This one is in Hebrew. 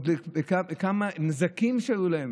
כמה נזקים היו לה.